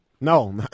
No